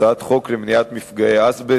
הצעת חוק למניעת מפגעי אסבסט,